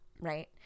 right